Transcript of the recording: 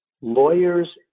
lawyers